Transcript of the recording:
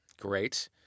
great